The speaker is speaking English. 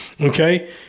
Okay